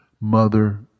Mother